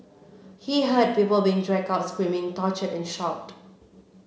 he heard people being dragged out screaming tortured and shot